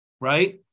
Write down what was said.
right